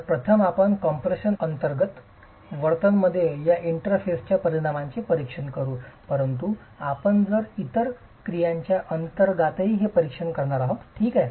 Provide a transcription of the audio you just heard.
तर प्रथम आपण कॉम्प्रेशन अंतर्गत वर्तनमध्ये या इंटरफेसच्या परिणामाचे परीक्षण करू परंतु आपण इतर क्रियांच्या अंतर्गतही हे परीक्षण करणार आहोत ठीक आहे